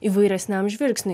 įvairesniam žvilgsniui